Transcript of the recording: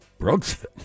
Brooksville